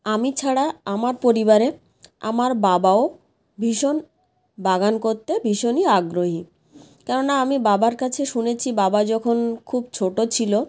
আমি ছাড়া আমার পরিবারের আমার বাবাও ভীষণ বাগান করতে ভীষণই আগ্রহী কেননা আমি বাবার কাছে শুনেছি বাবা যখন খুব ছোটো ছিলো